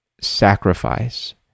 sacrifice